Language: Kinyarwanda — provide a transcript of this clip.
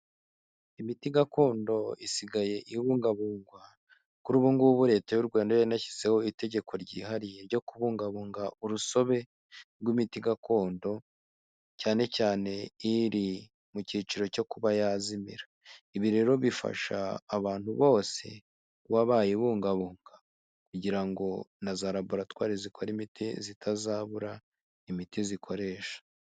Imiti gakondo isigaye ibungabungwa, kuri ubu ngubu leta y'u Rwanda yanashyizeho itegeko ryihariye ryo kubungabunga urusobe rw'imiti gakondo cyane cyane iri mu cyiciro cyo kuba yazimira, ibi rero bifasha abantu bose kuba bayibungabunga kugirango na za raburatwari zikore imiti zitazabura imiti zikoresha.